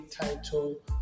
title